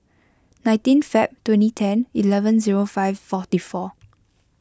nineteen Feb twenty ten eleven zero five forty four